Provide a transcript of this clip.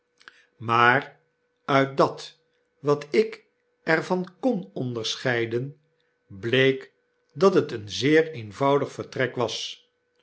maar uit dat wat ik er van kon onderscheiden bleek dat het een zeer eenvoudig vertrek was